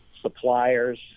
suppliers